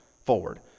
forward